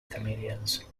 comedians